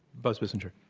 buzz bissinger.